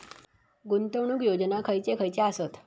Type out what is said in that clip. गुंतवणूक योजना खयचे खयचे आसत?